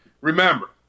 Remember